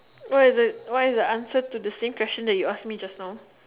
why is the why is the answer to same question that you ask me just now